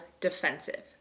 defensive